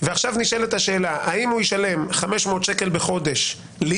ועכשיו נשאלת השאלה אם הוא ישלם 500 שקל בחודש לי